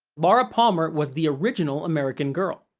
laura palmer was the original american girl,